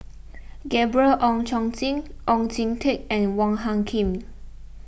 Gabriel Oon Chong Jin Oon Jin Teik and Wong Hung Khim